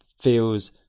feels